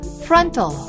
frontal 。